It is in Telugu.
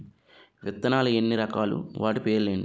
విత్తనాలు ఎన్ని రకాలు, వాటి పేర్లు ఏంటి?